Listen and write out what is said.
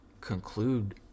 conclude